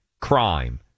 crime